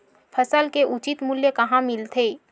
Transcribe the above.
फसल के उचित मूल्य कहां मिलथे?